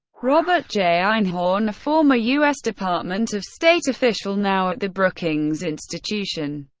robert j. einhorn, a former u s. department of state official now at the brookings institution,